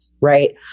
right